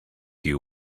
you